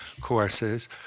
courses